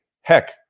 heck